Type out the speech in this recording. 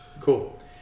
Cool